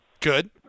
Good